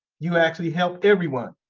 you actually help everyone.